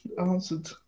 answered